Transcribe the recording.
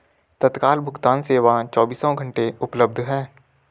तत्काल भुगतान सेवा चोबीसों घंटे उपलब्ध है